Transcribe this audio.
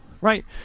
right